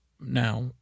now